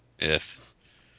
Yes